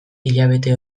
hilabete